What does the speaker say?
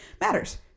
matters